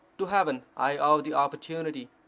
to heaven i owe the opportunity,